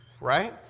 right